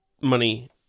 money